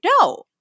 no